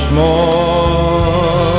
more